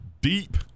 deep